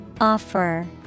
Offer